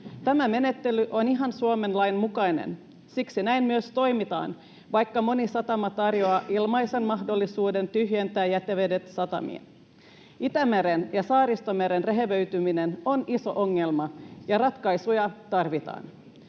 Tämä menettely on ihan Suomen lain mukainen, ja siksi näin myös toimitaan, vaikka moni satama tarjoaa ilmaisen mahdollisuuden tyhjentää jätevedet satamiin. Itämeren ja Saaristomeren rehevöityminen on iso ongelma, ja ratkaisuja tarvitaan.